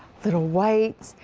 the white,